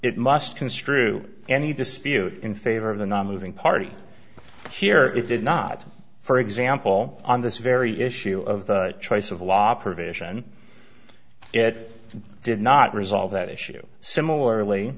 it must construe any dispute in favor of the nonliving party here it did not for example on this very issue of the choice of law provision it did not resolve that issue similarly